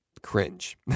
cringe